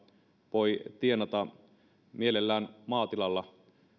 voi tienata mielellään maatilalla